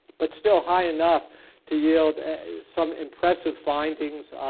but still high enough to yield some impressive findings,